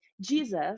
Jesus